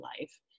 life